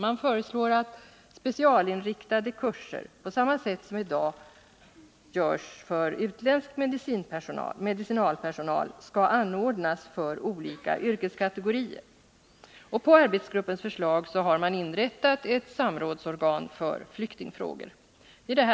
Man föreslår att specialinriktade 13 kurser, på samma sätt som i dag görs för utländsk medicinalpersonal, skall anordnas för olika yrkeskategorier. På arbetsgruppens förslag har ett samrådsorgan för flyktingfrågor inrättats.